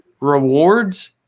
rewards